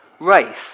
race